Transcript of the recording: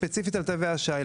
ספציפית על תווי השי.